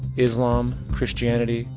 islam, christianity,